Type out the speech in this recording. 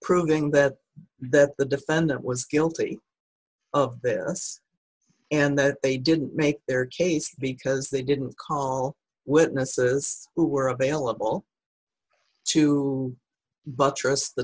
proving that that the defendant was guilty of this and that they didn't make their case because they didn't call witnesses who were available to buttress the